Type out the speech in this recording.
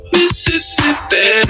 Mississippi